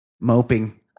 moping